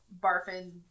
barfing